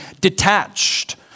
detached